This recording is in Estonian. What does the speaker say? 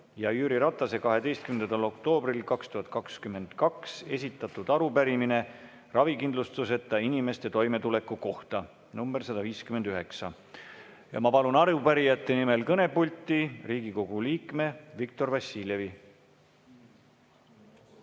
ja Jüri Ratase 12. oktoobril 2022 esitatud arupärimine ravikindlustuseta inimeste toimetuleku kohta (nr 159). Ma palun arupärijate nimel kõnepulti Riigikogu liikme Viktor Vassiljevi.